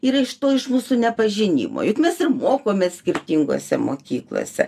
ir iš to iš mūsų nepažinimo juk mes ir mokomės skirtingose mokyklose